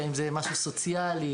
האם זה משהו סוציאלי,